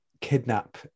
Kidnap